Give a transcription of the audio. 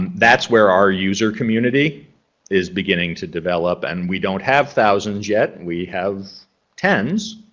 and that's where our user community is beginning to develop. and we don't have thousands yet, we have tens,